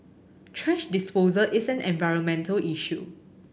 thrash disposal is an environmental issue